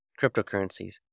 cryptocurrencies